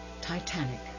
Titanic